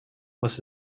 must